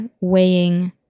weighing